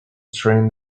trained